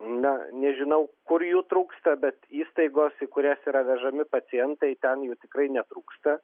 na nežinau kur jų trūksta bet įstaigos į kurias yra vežami pacientai ten jų tikrai netrūksta